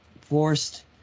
forced